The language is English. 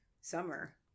summer